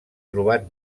trobat